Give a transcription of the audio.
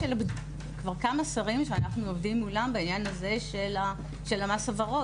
אנחנו עובדים כבר מול כמה שרים בעניין המס הוורוד.